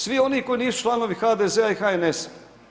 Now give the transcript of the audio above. Svi oni koji nisu članovi HDZ-a i HNS-a.